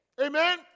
Amen